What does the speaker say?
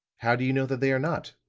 how do you know that they are not?